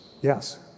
Yes